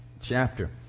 chapter